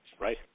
Right